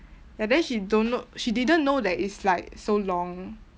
ya then she don't know she didn't know that it's like so long